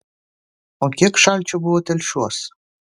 o kiek šalčio buvo telšiuos